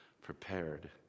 prepared